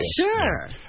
Sure